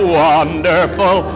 wonderful